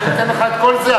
אני אתן לך את כל זה,